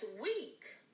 week